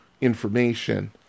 information